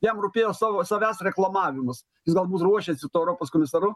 jam rūpėjo savo savęs reklamavimas jis galbūt ruošėsi tuo europos komisaru